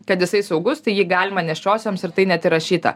kad jisai saugus tai jį galima nėščiosioms ir tai net įrašyta